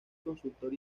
consultor